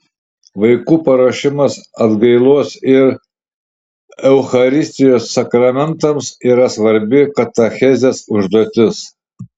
vaikų paruošimas atgailos ir eucharistijos sakramentams yra svarbi katechezės užduotis